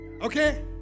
Okay